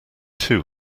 two